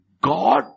God